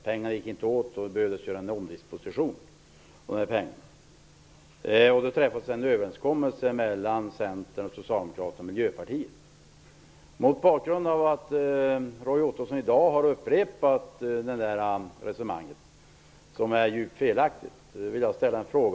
Pengarna gick inte åt, och det behövde göras en omdisposition. Socialdemokraterna och Miljöpartiet. Mot bakgrund av att Roy Ottosson i dag har upprepat resonemanget, som är djupt felaktigt, vill jag ställa en fråga.